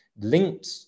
linked